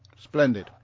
splendid